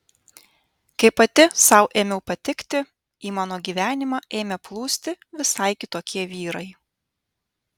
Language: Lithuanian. kai pati sau ėmiau patikti į mano gyvenimą ėmė plūsti visai kitokie vyrai